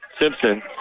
Simpson